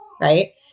Right